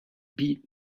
beat